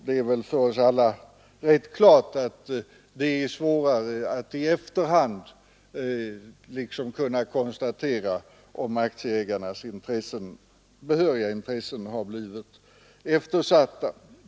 Det är nog för oss alla rätt klart att det är svårare att i efterhand kunna konstatera om aktieägarnas behöriga intressen har blivit eftersatta.